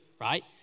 right